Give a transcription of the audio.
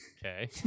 Okay